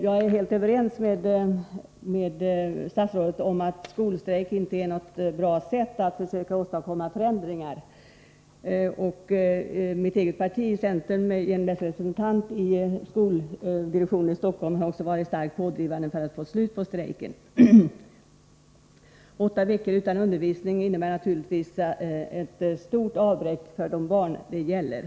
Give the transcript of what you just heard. Jag är helt överens med statsrådet om att skolstrejk inte är något bra sätt att försöka åstadkomma förändringar. Mitt eget parti, centern, har genom sina representanter i skoldirektionen i Stockholm också varit starkt pådrivande för att få slut på strejken. Åtta veckor utan undervisning innebär naturligtvis ett stort avbräck för de barn det gäller.